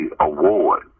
award